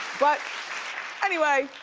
but anyway,